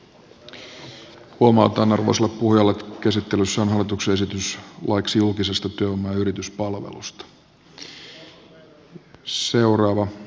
huomautan arvoisalle puhujalle että käsittelyssä on hallituksen esitys laiksi julkisesta työvoima ja yrityspalvelusta